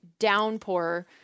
Downpour